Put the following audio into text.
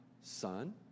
son